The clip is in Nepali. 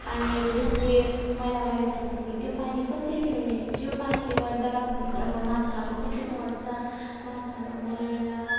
पानीहरू बेसी मैला गरेछ भने त्यो पानी कसरी पिउने त्यो पानीले गर्दा भित्रको माछाहरू सबै मर्छ माछाहरू मरेर